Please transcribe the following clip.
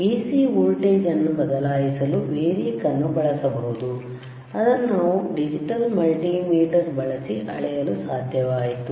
AC voltage ಅನ್ನು ಬದಲಾಯಿಸಲು variac ಅನ್ನು ಬಳಸಬಹುದು ಅದನ್ನು ನಾವು ಡಿಜಿಟಲ್ ಮಲ್ಟಿಮೀಟರ್ ಬಳಸಿ ಅಳೆಯಲು ಸಾಧ್ಯವಾಯಿತು